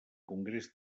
congrés